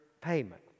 payment